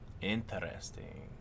Interesting